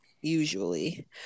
usually